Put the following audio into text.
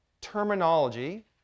terminology